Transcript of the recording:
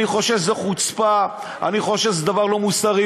אני חושב שזאת חוצפה, אני חושב שזה דבר לא מוסרי.